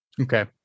Okay